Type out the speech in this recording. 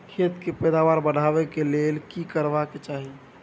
खेत के पैदावार बढाबै के लेल की करबा के चाही?